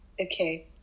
Okay